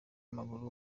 w’amaguru